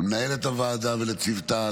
למנהלת הוועדה ולצוותה,